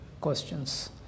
questions